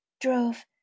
drove